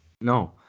No